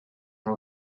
are